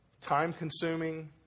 time-consuming